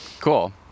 cool